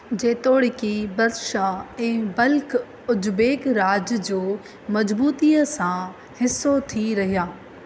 जेतोणीकि बदख्शां ऐं बल्ख उज़्बेक राॼ जो मजबूतीअ सां हिसो थी रहिया